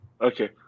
okay